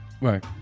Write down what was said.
right